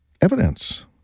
evidence